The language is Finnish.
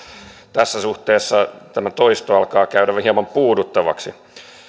tässä suhteessa tämä toisto alkaa käydä hieman puuduttavaksi